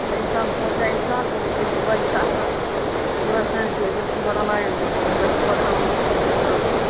چھُنہٕ اِنسان سونچان اِنسان أزِکۍ بَچہِ چھِ آسان تھوڑا سیٚنزِٹِو یِمن چھُنہٕ بَنان لایُن تہِ کینہہ یِم گَژھن پَکناوٕنۍ حِسابس منٛز